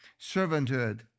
Servanthood